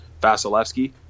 Vasilevsky